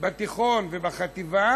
בתיכון ובחטיבה